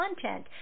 content